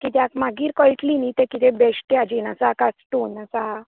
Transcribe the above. कित्याक मागीर कळटलीं न्ही की बेश्टे हाजेन आसा की स्टोन आसा